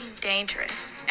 dangerous